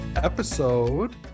episode